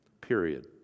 period